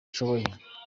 nshoboye